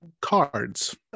cards